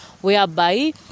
whereby